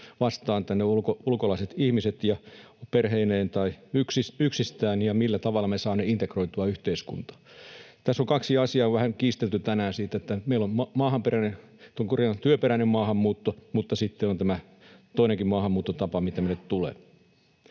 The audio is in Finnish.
vastaan tänne ulkolaiset ihmiset perheineen tai yksistään ja millä tavalla me saamme heidät integroitua yhteiskuntaan. Tässä on kahdesta asiasta vähän kiistelty tänään: siitä, että meillä on työperäinen maahanmuutto, mutta sitten on tämä toinenkin maahanmuuttotapa, mitä meille tulee.